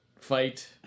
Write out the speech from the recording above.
fight